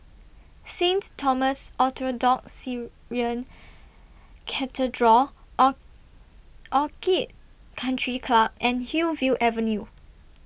Saint Thomas Orthodox Syrian Cathedral O Orchid Country Club and Hillview Avenue